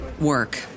work